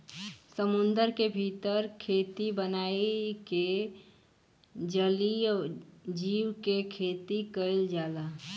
समुंदर के भीतर खेती बनाई के जलीय जीव के खेती कईल जाला